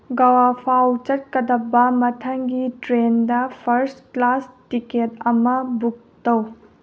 ꯒꯥꯋꯥ ꯐꯥꯎ ꯆꯠꯀꯗꯕ ꯃꯊꯪꯒꯤ ꯇ꯭ꯔꯦꯟꯗ ꯐꯔꯁ ꯀ꯭ꯂꯥꯁ ꯇꯤꯛꯀꯦꯠ ꯑꯃ ꯕꯨꯛ ꯇꯧ